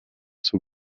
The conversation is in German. zur